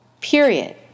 Period